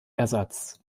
ersatz